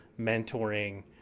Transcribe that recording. mentoring